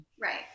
Right